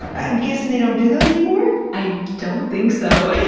i'm guessing they don't do those anymore? i don't think so.